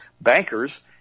bankers